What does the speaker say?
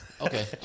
Okay